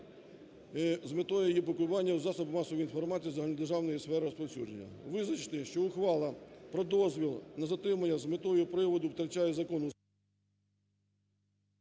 з метою її опублікування у засобах масової інформації загальнодержавної сфери розповсюдження. Визначити, що ухвала про дозвіл на затримання з метою приводу втрачає законну…